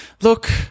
look